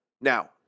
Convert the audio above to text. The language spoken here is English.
Now